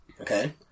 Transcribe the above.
okay